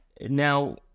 Now